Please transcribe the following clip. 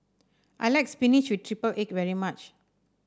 I like spinach with triple egg very much